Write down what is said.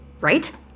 Right